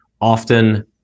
Often